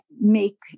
make